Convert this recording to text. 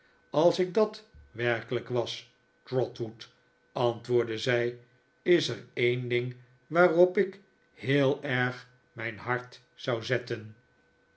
als ik dat werkelijk was trotwood antwoordde zij is er een ding waarop ik heel erg mijn hart zou zetten